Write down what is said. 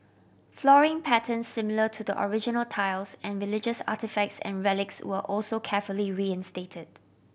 flooring pattern similar to the original tiles and religious artefacts and relics were also carefully reinstated